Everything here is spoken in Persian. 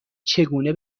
چگونه